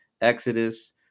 exodus